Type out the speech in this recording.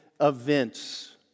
events